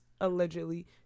allegedly